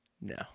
No